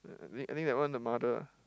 I I think I think that one the mother ah